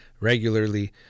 regularly